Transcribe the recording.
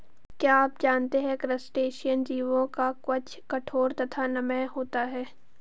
क्या आप जानते है क्रस्टेशियन जीवों का कवच कठोर तथा नम्य होता है?